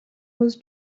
was